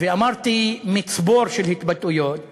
ואמרתי מצבור של התבטאויות